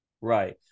Right